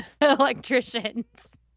electricians